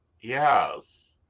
yes